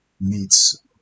meets